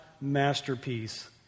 masterpiece